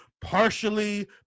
partially